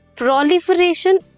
Proliferation